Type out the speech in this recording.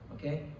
okay